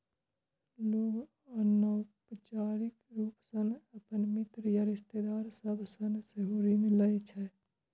लोग अनौपचारिक रूप सं अपन मित्र या रिश्तेदार सभ सं सेहो ऋण लै छै